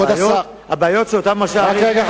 כבוד השר, זה לא הולך, הם מתמוטטים.